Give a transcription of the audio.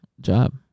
job